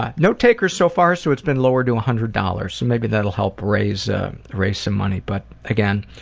ah no takers so far so it's been lowered to a hundred dollars. maybe that'll help raise ah raise some money, but again,